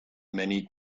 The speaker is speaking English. many